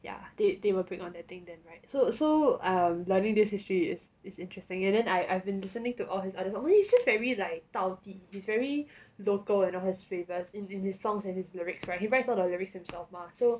yeah they they operate on that thing then [right] so so um learning this history is is interesting and then I I've been listening to all his other songs it's just very like 到地 it's very local you know history verse it's in his songs and his lyrics right he writes all the lyrics himself mah so